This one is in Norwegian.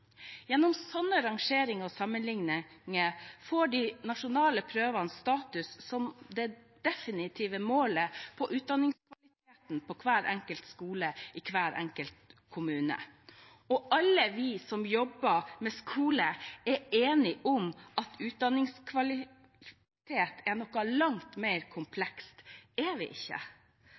Gjennom slike rangeringer og sammenligninger får de nasjonale prøvene status som det definitive målet på utdanningskvaliteten ved hver enkelt skole, i hver enkelt kommune. Alle vi som jobber med skole, er enige om at utdanningskvalitet er noe langt mer komplekst – er vi ikke?